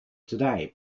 today